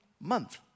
month